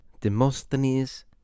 Demosthenes